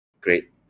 great